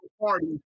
party